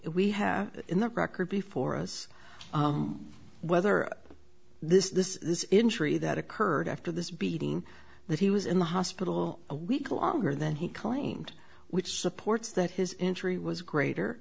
we have in the record before us whether this this this injury that occurred after this beating that he was in the hospital a week longer than he claimed which supports that his injury was greater